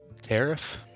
tariff